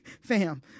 fam